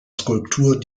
skulptur